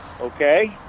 Okay